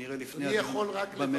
בעיקר מהקואליציה,